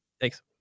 Thanks